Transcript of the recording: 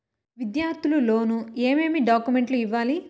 విద్యార్థులు లోను ఏమేమి డాక్యుమెంట్లు ఇవ్వాలి?